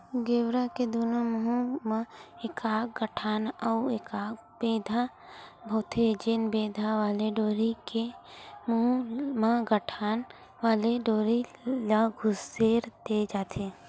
गेरवा के दूनों मुहूँ म एकाक गठान अउ एकाक बेंधा होथे, जेन बेंधा वाले डोरी के मुहूँ म गठान वाले डोरी ल खुसेर दे जाथे